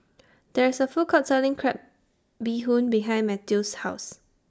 There IS A Food Court Selling Crab Bee Hoon behind Mathew's House